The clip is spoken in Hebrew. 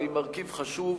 אבל היא מרכיב חשוב,